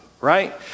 right